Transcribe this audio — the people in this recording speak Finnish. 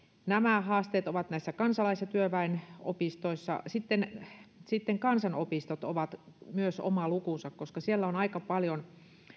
nämä haasteet ovat näissä kansalais ja työväenopistoissa sitten sitten kansanopistot ovat myös oma lukunsa koska siellä on aika paljon